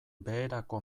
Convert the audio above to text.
beherako